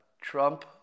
Trump